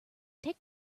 take